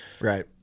right